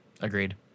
Agreed